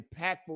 impactful